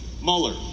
Mueller